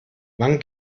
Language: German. wann